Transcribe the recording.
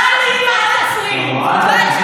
חבר הכנסת אשר, תודה.